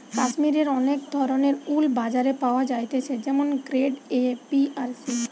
কাশ্মীরের অনেক ধরণের উল বাজারে পাওয়া যাইতেছে যেমন গ্রেড এ, বি আর সি